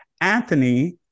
Anthony